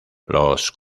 los